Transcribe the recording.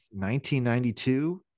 1992